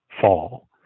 fall